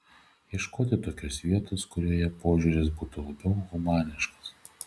ieškoti tokios vietos kurioje požiūris būtų labiau humaniškas